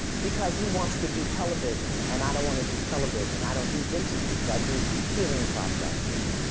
because he wants to do television, and i don't wanna do television. i don't do interviews. i do healing processes.